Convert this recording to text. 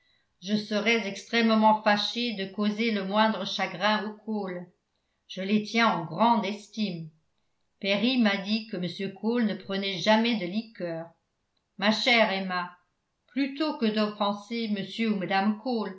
je serais extrêmement fâché de causer le moindre chagrin aux cole je les tiens en grande estime perry m'a dit que m cole ne prenait jamais de liqueur ma chère emma plutôt que d'offenser m ou mme